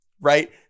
right